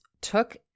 took